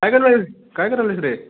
काय करून राहील काय करून आहेस रे